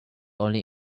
only